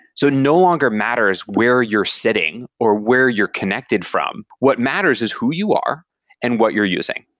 so no longer matters where you're sitting or where you're connected from. what matters is who you are and what you're using.